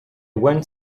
went